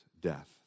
death